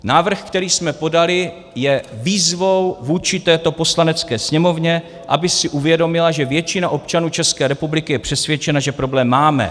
Návrh, který jsme podali, je výzvou vůči této Poslanecké sněmovně, aby si uvědomila, že většina občanů ČR je přesvědčena, že problém máme.